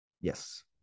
Yes